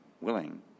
willing